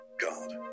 god